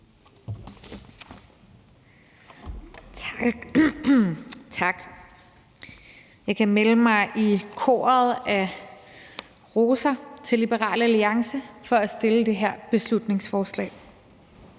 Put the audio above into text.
Tak. Jeg kan jo melde mig i koret med roser til Liberal Alliance for at fremsætte det her beslutningsforslag.